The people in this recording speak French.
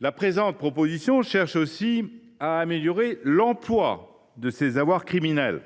La présente proposition vise également à améliorer l’emploi de ces avoirs criminels.